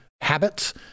habits